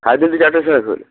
সাড়ে তিনটে চারটের সময় খোলেন